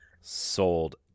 sold